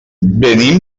venim